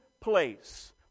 place